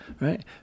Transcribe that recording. right